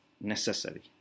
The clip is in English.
necessary